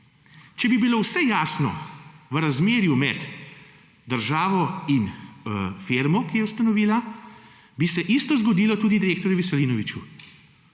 Če bi bilo vse jasno v razmerju med državo in firmo, ki jo je ustanovila, bi se isto zgodilo tudi direktorju Veselinoviču.